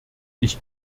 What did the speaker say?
ich